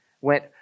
went